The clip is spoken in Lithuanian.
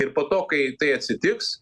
ir po to kai tai atsitiks